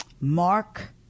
Mark